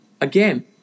Again